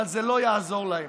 אבל זה לא יעזור להם.